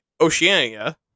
Oceania